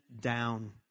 down